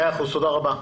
תודה רבה.